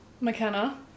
mckenna